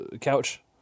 couch